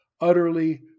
utterly